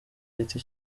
giti